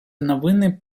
новини